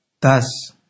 Thus